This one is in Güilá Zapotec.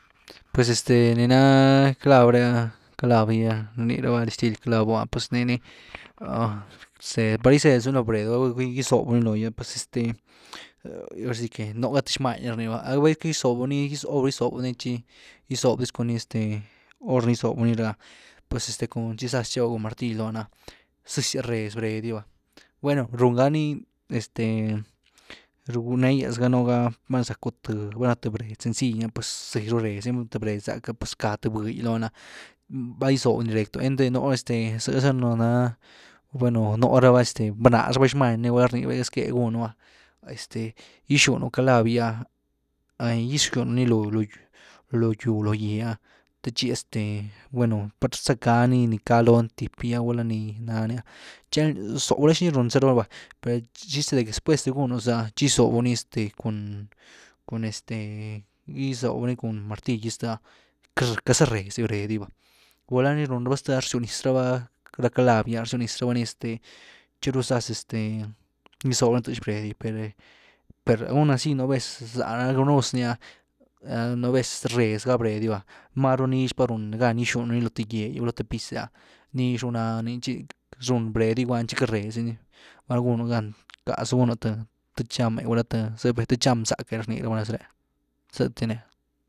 Pues este ni naa calav re ah, calav gy ah, niii rni raba dixtil clavo pues niii nirzez, par gyzezu ni lo bred,<intedible> gy zobu ni logy pues este ahora si que nuu ga th xmany ni rnëaba, val qeuity gysbu ni, gysobu ni tchi gysob discun ni este hor ni gysobu nii rë’ah pues este cun tchi zaz tchew cun martill lony ah zëzyas réz bred’gy va, bueno rún ga ni, este rgwë neyas ganu val na zacku th bred sencill ni ah pues zëzy ru rézni valna th bred záck’a pues rcá th bë’gy lony’a vel gyzobuu ni directo einty nú este zëza na, bueno, nú raba este bnaz raba xmany ni gulá rny raba zqué gunu’a este gyxunu calav’gy ‘a gyxunu ni loo gýw lo gýe ‘a te tchi este, bueno pat rzacka ni ni cálon tip gy, gulá ni nany tchi zó gula xi run za raba vá, per el chiste de que después de ni gunu zë’ah tchi gysobu ni este cun-cun este gyzobu ni cun martill’gy stëh’ah queity za rézdi bred’gy va gulá ni runraba ztë’ah rzyw niz raba ra calav gy’a rzyw niz rabá ni este tchi ru zaz este gysob raba ni tëx bred per-per aun asi nú vez za run gus ni ah, nú vez rez gá bred gy va, máru nix pa run ga gyxunu ni lo th gýe’gy gulá th piz’e ah nix ru nani tchi run bred gy guand tchi queity réz dini, val gúnu gan rckazu gunu th cham’e áh, zëh pe th cham zack’e rnii raba nez ré, zëty ni.